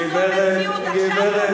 גברת,